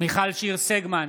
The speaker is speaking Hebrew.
מיכל שיר סגמן,